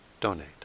donate